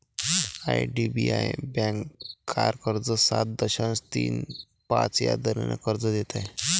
IDBI bank car कर्ज सात दशांश तीन पाच या दराने कर्ज देत आहे